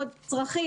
וצרכים.